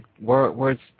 words